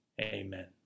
Amen